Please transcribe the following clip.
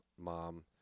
mom